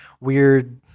weird